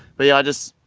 but yeah, i just,